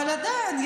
אבל עדיין,